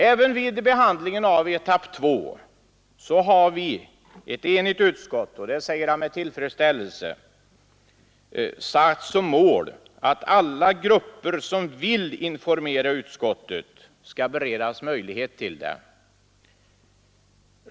Även vid behandlingen av etapp 2 har vi — ett enigt utskott, vilket jag noterar med tillfredsställelse — satt som mål att alla grupper, som vill informera utskottet, skall beredas möjlighet att göra det.